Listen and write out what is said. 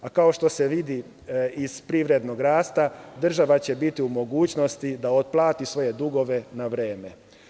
Kao što se vidi iz privrednog rasta, država će biti u mogućnosti da otplati svoje dugove na vreme.